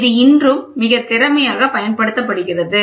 இது இன்றும் மிக திறமையாக பயன்படுத்தப்படுகிறது